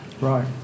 Right